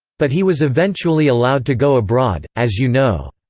but he was eventually allowed to go abroad, as you know.